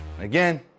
Again